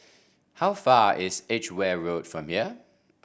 how far is Edgeware Road from here